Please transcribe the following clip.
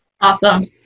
Awesome